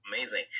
amazing